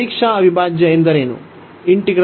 ಮಾದರಿ ಅವಿಭಾಜ್ಯ ಎಂದರೇನು